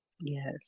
Yes